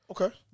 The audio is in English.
Okay